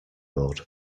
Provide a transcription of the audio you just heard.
board